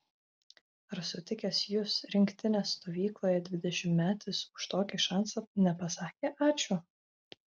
ar sutikęs jus rinktinės stovykloje dvidešimtmetis už tokį šansą nepasakė ačiū